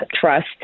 trust